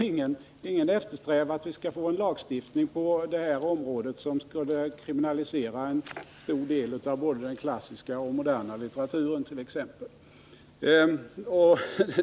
Ingen eftersträvar väl en lagstiftning som skulle kriminalisera t.ex. en stor del av både den klassiska och den moderna litteraturen.